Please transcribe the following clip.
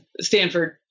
Stanford